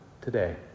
today